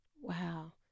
Wow